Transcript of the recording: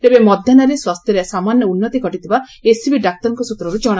ତେବେ ମଧ୍ଧାହ୍ବରେ ସ୍ୱାସ୍ଥ୍ୟରେ ସାମାନ୍ୟ ଉନ୍ନତି ଘଟିଥିବା ଏସ୍ସିବି ଡାକ୍ତରଙ୍କ ସୂତ୍ରରୁ କଶାପଡ଼ିଛି